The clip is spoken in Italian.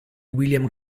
william